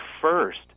first